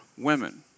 women